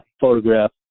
photograph